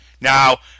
Now